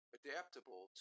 adaptable